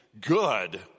good